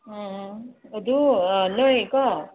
ꯎꯝ ꯑꯗꯨ ꯅꯣꯏꯒꯤꯀꯣ